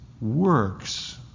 works